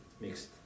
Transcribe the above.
mixed